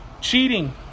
cheating